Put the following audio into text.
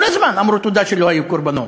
כל הזמן אמרו: תודה שלא היו קורבנות.